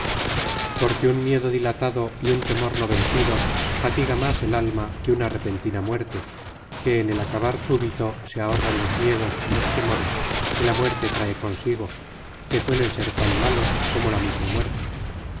porque un miedo dilatado y un temor no vencido fatiga más el alma que una repentina muerte que en el acabar súbito se ahorran los miedos y los temores que la muerte trae consigo que suelen ser tan malos como la misma muerte